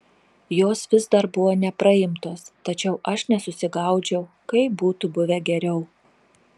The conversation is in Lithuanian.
jos vis dar buvo nepraimtos tačiau aš nesusigaudžiau kaip būtų buvę geriau